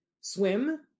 swim